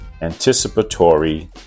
anticipatory